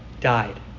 died